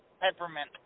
peppermint